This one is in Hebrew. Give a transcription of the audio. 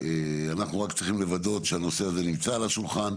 אנחנו רק צריכים לוודא שהנושא הזה נמצא על השולחן,